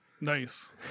Nice